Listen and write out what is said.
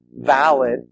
valid